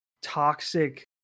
toxic